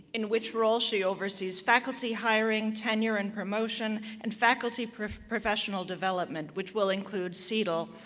in which role she oversees faculty hiring, tenure and promotion, and faculty professional development, which will include cetl,